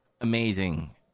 amazing